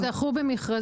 הם זכו במכרזים.